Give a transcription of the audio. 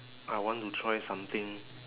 I want to try something